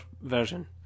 version